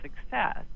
success